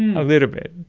a little bit.